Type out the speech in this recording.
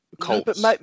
Colts